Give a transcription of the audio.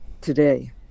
today